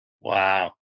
Wow